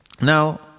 Now